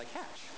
catch